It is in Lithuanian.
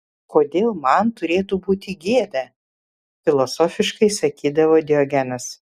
kodėl man turėtų būti gėda filosofiškai sakydavo diogenas